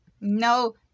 No